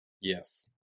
Yes